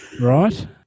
Right